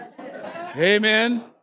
Amen